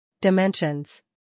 dimensions